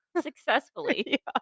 Successfully